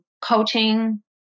coaching